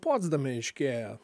potsdame aiškėja